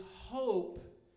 hope